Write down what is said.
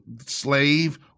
slave